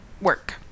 work